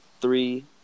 three